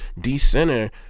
decenter